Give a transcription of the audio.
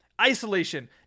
Isolation